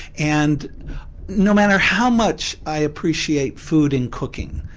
and no matter how much i appreciate food and cooking,